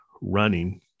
running